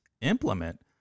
implement